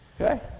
Okay